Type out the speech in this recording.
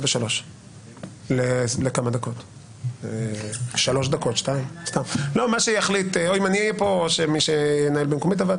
בתקופה שבין 1 בספטמבר 2018 ל-1 בנובמבר 2018 לא היה ממונה על שוק ההון.